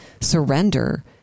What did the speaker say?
surrender